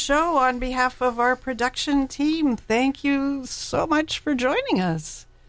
show on behalf of our production team thank you so much for joining us